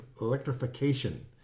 electrification